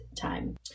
time